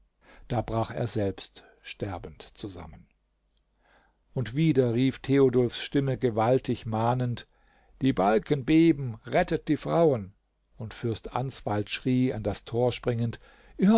da brach er selbst sterbend zusammen und wieder rief theodulfs stimme gewaltig mahnend die balken beben rettet die frauen und fürst answald schrie an das tor springend